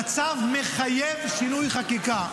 המצב מחייב שינוי חקיקה.